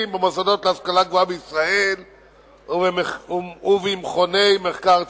במוסדות להשכלה גבוהה בישראל ובמכוני מחקר ציבוריים.